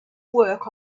work